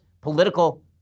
political